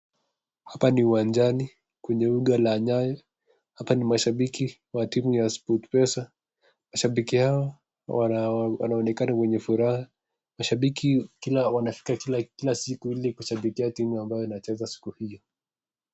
Hapa ni uwanjani kwenye uga la Nyayo. Hapa ni mashambiki wa timu ya Sportpesa. Mashambiki hawa wanaonekana wenye furaha. Mashambiki wanafika kila siku ili kushambikia timu ambayo inacheza siku hio.